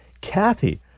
Kathy